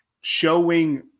showing